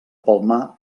palmar